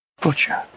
Butcher